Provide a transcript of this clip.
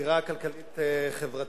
הזירה הכלכלית-חברתית,